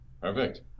Perfect